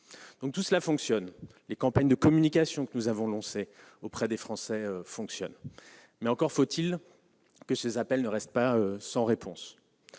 Tout cela fonctionne, y compris les campagnes de communication que nous avons lancées auprès des Français ; mais encore faut-il que ces appels ne restent pas sans réponse.